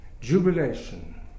jubilation